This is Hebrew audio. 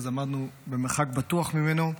אז עמדנו במרחק בטוח ממנו,